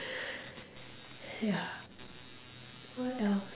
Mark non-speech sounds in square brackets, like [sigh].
[breath] ya what else